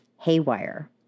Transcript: haywire